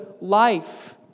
life